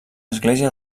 església